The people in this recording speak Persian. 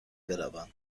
بروم